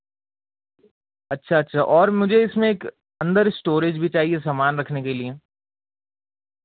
اچھا اچھا اور مجھے اس میں ایک اندر اسٹوریج بھی چاہیے سامان رکھنے کے لیے